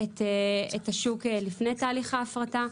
את השוק לפני תהליך ההפרטה.